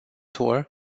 tour